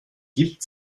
gibt